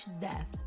death